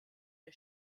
der